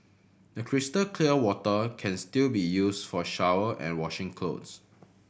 the crystal clear water can still be used for shower and washing cloth